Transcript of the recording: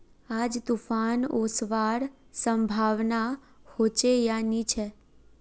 आज तूफ़ान ओसवार संभावना होचे या नी छे?